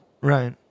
Right